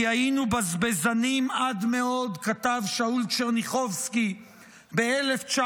כי היינו בזבזנים עד מאוד" כתב שאול טשרניחובסקי ב-1938.